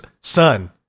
son